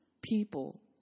people